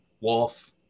Wolf